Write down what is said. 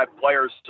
players